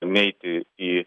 neiti į